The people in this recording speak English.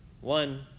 one